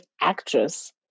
actress